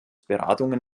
beratungen